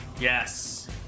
Yes